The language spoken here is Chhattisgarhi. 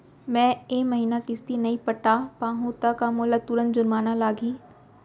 मैं ए महीना किस्ती नई पटा पाहू त का मोला तुरंत जुर्माना लागही?